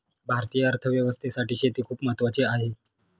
भारतीय अर्थव्यवस्थेसाठी शेती खूप महत्त्वाची आहे